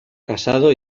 casado